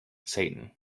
satan